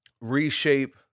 reshape